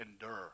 endure